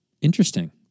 interesting